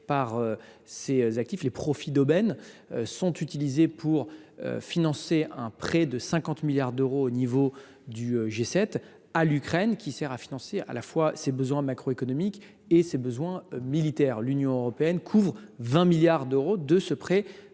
par ces actifs, les profits d’aubaine, sont aujourd’hui utilisés pour financer un prêt de 50 milliards d’euros du G7 à l’Ukraine, qui sert à financer à la fois ses besoins macroéconomiques et ses besoins militaires. L’Union européenne couvre 20 milliards d’euros de ce prêt